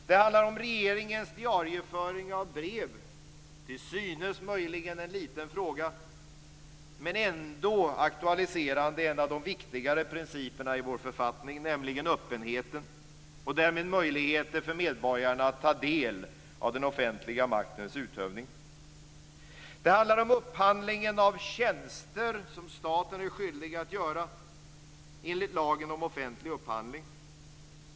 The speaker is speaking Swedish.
Det handlar om regeringens diarieföring av brev - till synes möjligen en liten fråga, men ändå aktualiserande en av de viktigare principerna i vår författning, nämligen öppenheten och därmed möjligheter för medborgarna att ta del av den offentliga maktens utövning. Det handlar om upphandlingen av tjänster som staten är skyldig att göra enligt lagen om offentlig upphandling.